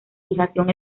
fijación